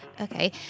Okay